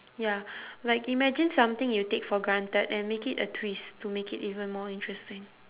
ya like imagine something you take for granted and make it a twist to make it even more interesting